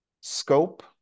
Scope